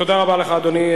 תודה רבה לך, אדוני.